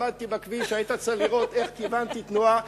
עמדתי בכביש, והיית צריך לראות איך כיוונתי תנועה.